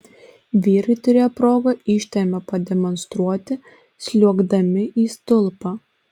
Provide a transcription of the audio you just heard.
vyrai turėjo progą ištvermę pademonstruoti sliuogdami į stulpą